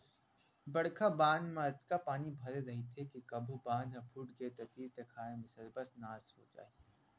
बड़का बांध म अतका पानी भरे रहिथे के कभू बांध ह फूटगे त तीर तखार के सरबस नाश हो जाही